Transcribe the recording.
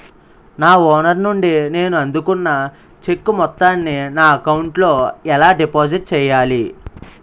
నా ఓనర్ నుండి నేను అందుకున్న చెక్కు మొత్తాన్ని నా అకౌంట్ లోఎలా డిపాజిట్ చేయాలి?